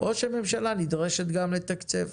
או שהממשלה נדרשת גם לתקצב.